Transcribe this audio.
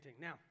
Now